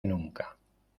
nunca